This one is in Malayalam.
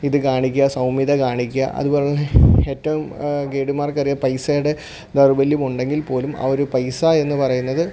ഇതു കാണിക്കാൻ സൗമ്യത കാണിക്കാൻ അതുപോലെ തന്നെ ഏറ്റവും ഗേയ്ഡുമാർക്കറിയാം പൈസയുടെ ദൗർബല്യം ഉണ്ടെങ്കിൽപ്പോലും ആ ഒരു പൈസ എന്നു പറയുന്നത്